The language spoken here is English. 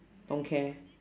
don't care